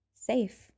safe